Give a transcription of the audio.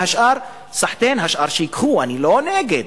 והשאר, סחתיין, השאר שייקחו, אני לא נגד.